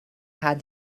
have